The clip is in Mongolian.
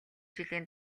жилийн